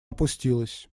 опустилась